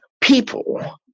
people